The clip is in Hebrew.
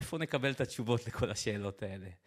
איפה נקבל את התשובות לכל השאלות האלה?